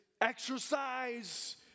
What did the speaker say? exercise